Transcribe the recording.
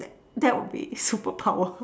that would be super power